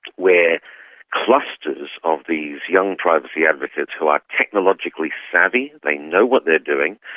where clusters of these young privacy advocates who are technologically savvy, they know what they're doing,